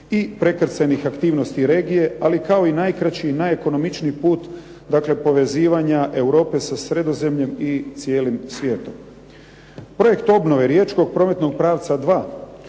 i prekrcajnih aktivnosti regije, ali kao i najkraći i najekonomičniji put dakle povezivanja Europe sa Sredozemljem i cijelim svijetom. Projekt obnove riječko prometnog pravca 2.